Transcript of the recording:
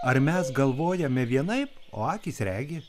ar mes galvojame vienaip o akys regi